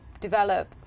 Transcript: develop